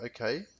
okay